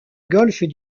golfe